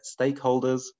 stakeholders